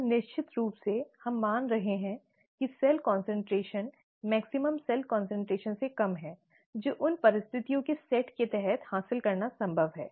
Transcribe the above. और निश्चित रूप से हम मान रहे हैं कि सेल कॉन्सन्ट्रेशन अधिकतम सेल कॉन्सन्ट्रेशन से कम है जो उन परिस्थितियों के सेट के तहत हासिल करना संभव है